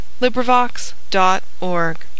LibriVox.org